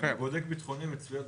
בודק ביטחוני מצויד